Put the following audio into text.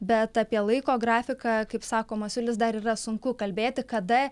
bet apie laiko grafiką kaip sako masiulis dar yra sunku kalbėti kada